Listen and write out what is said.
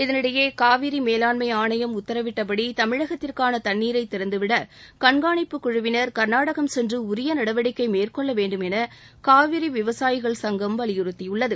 இதனிடையே காவிரி மேலாண்மை ஆணையம் உத்தரவிட்டபடி தமிழகத்திற்கான தண்ணீரை திறந்துவிட கண்காணிப்பு குழுவினா் கா்நாடகம் சென்று உரிய நடவடிக்கை மேற்கொள்ள வேண்டும் என காவிரி விவசாயிகள் சங்கம் வலியுறுத்தியுள்ளது